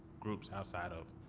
groups outside of,